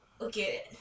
okay